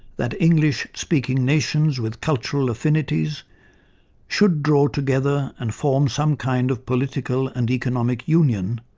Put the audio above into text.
that english-speaking nations with cultural affinities should draw together and form some kind of political and economic union,